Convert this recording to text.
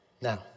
Now